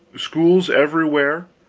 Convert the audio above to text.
schools everywhere,